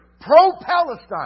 pro-Palestine